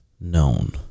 known